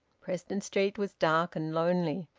preston street was dark and lonely.